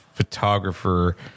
photographer